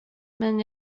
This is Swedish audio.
men